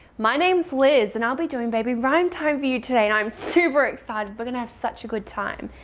my name is liz and i'll be doing baby rhyme time for you today and i'm super excited. we're gonna have such a good time.